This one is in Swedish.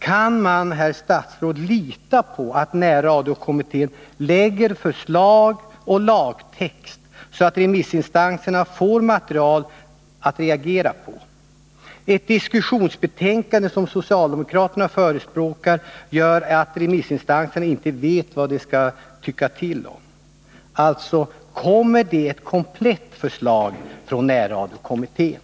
Kan man, herr statsråd, lita på att närradiokommittén framlägger ett förslag till lagtext, så att remissinstanserna får material att reagera på? Ett diskussionsbetänkande, som socialdemokraterna förespråkar, gör att remissinstanserna inte vet vad de skall tycka till om. Kommer det alltså ett komplett förslag från närradiokommittén?